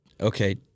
Okay